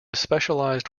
specialised